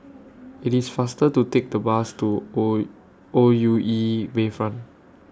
IT IS faster to Take The Bus to O O U E Bayfront